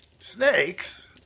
Snakes